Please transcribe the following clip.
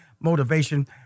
motivation